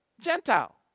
Gentile